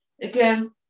Again